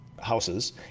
houses